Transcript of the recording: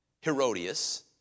Herodias